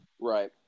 Right